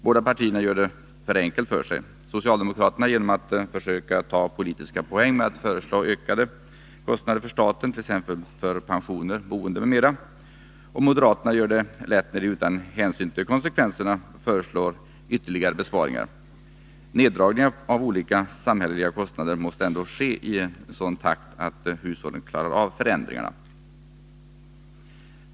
Båda partierna gör det enkelt för sig, socialdemokraterna genom att försöka ta politiska poäng med att föreslå ökade kostnader för staten, t.ex. för pensioner och boende, och moderaterna gör det lätt när de utan hänsyn till konsekvenserna föreslår ytterligare besparingar. Neddragningar av olika samhälleliga kostnader måste ändå ske i sådan takt att hushållen klarar av förändringarna.